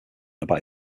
about